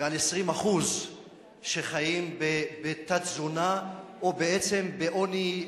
ועל 20% שחיים בתת-תזונה או בעצם בעוני,